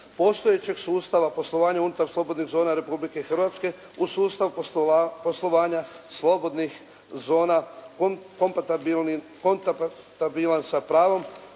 postojećeg sustava poslovanja unutar slobodnih zona unutar Republike Hrvatske u sustav poslovanje slobodnih zona kompatibilnih sa pravnom